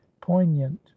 poignant